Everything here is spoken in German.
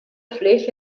fläche